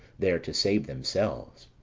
there to save themselves.